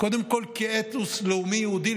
קודם כול כאתוס לאומי יהודי,